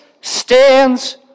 stands